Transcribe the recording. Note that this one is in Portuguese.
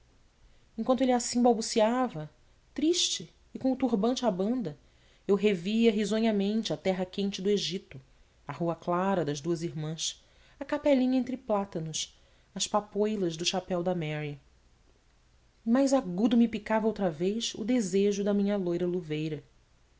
enquanto ele assim balbuciava triste e com o turbante à banda eu revia risonhamente a terra quente do egito a rua clara das duas irmãs a capelinha entre plátanos as papoulas do chapéu da mary e mais agudo me picava outra vez o desejo da minha loura luveira